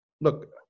look